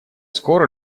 скоро